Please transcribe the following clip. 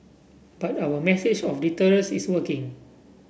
but our message of deterrence is working